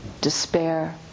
despair